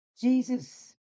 Jesus